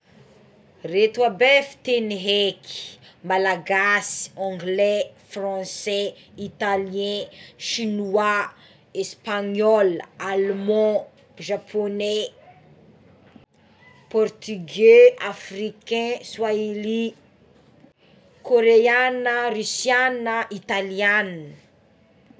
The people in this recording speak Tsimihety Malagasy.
Ireto aby fiteny haiky: malagasy, anglais, franse, italien, chinois, espagniola, aleman, japoné portigé, afrikain, swahily, koreanina, rusianina, italianina.